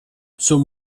zum